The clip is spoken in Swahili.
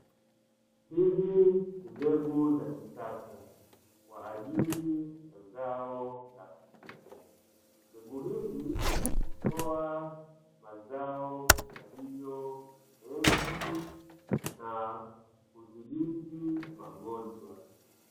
Hizi ni mbegu za kisasa kwa ajili ya zao la mchicha, mbegu hizi hutoa mazao yaliyo mengi na kudhibiti magonjwa.